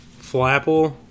Flapple